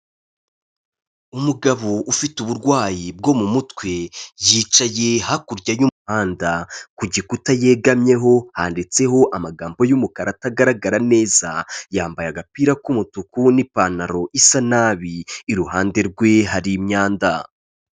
Umugabo ufite uburwayi bwo mu mutwe, yicaye hakurya y'umuhanda. Ku gikuta yegamyeho handitseho amagambo y'umukara atagaragara neza. Yambaye agapira k'umutuku n'ipantaro isa nabi, iruhande rwe hari imyanda.